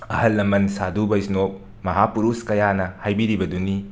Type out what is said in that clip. ꯑꯍꯜ ꯂꯃꯟ ꯁꯥꯗꯨ ꯕꯩꯁꯅꯣꯞ ꯃꯍꯥꯄꯨꯔꯨꯁ ꯀꯌꯥꯅ ꯍꯥꯏꯕꯤꯔꯤꯕꯗꯨꯅꯤ